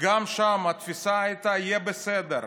גם שם התפיסה הייתה "יהיה בסדר",